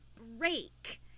break